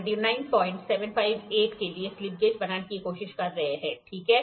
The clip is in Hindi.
हम 29758 के लिए स्लिप गेज बनाने की कोशिश कर रहे हैं ठीक है